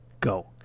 Go